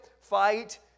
fight